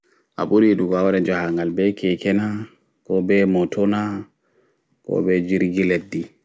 A ɓuri yiɗugo awaɗa jahaangal ɓe keke naa ko ɓe moto naa ko ɓe jirgi leɗɗi